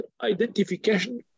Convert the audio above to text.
identification